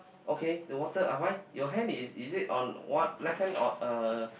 okay the water ah why your hand is is it on what left hand or uh